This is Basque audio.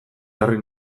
jarri